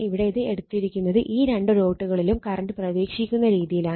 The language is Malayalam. ഇവിടെ ഇത് എടുത്തിരിക്കുന്നത് ഈ രണ്ട് ഡോട്ടുകളിലും കറണ്ട് പ്രവേശിക്കുന്ന രീതിയിലാണ്